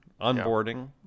onboarding